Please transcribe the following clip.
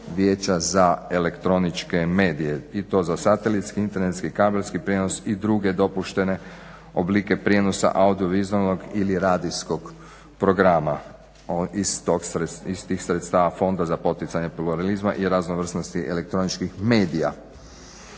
Vijeća za elektroničke medije. I to za satelitski, internetski, kabelski prijenos i druge dopuštene oblike prijenosa audiovizualnog ili radijskog programa iz tih sredstava Fonda za poticanje pluralizma i raznovrsnosti elektroničkih medija.